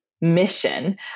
mission